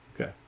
Okay